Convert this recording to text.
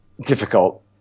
Difficult